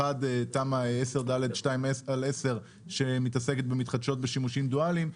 אחד הוא תמ"א 10/ד/2/10 שמתעסקת במתחדשות בשימושים דואליים,